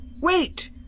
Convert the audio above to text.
Wait